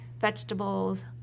vegetables